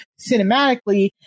cinematically